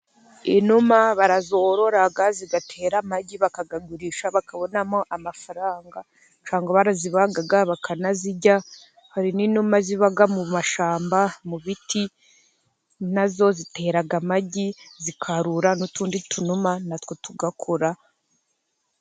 Inuma barazorora zigatera amagi, bakayagurisha bakabonamo amafaranga, barazibaga bakanazirya, hari n'inuma ziba mu mashyamba, mu biti, na zo zitera amagi, zikarura n'utundi tunuma na two tugakura.